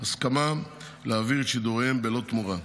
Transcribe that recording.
הסכמה להעביר את שידוריהם בלא תמורה.